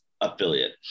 affiliate